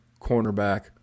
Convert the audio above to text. cornerback